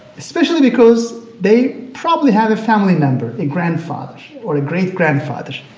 especially because they probably have a family member, a grandfather or a great-grandfather,